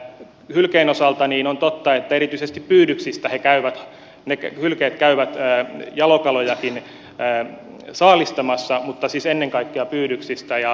hylkeen osalta on totta että ne hylkeet käyvät jalokalojakin saalistamassa mutta ennen kaikkea pyydyksistä